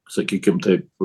sakykim taip